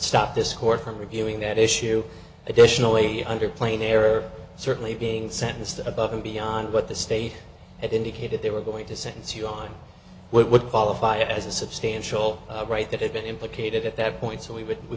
stop this court from reviewing that issue additionally under plain error certainly being sentenced above and beyond what the state had indicated they were going to sentence you on what would qualify as a substantial right that had been implicated at that point so we would we